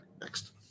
Next